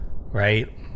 Right